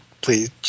please